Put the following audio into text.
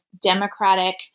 democratic